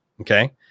okay